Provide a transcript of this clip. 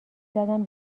زدم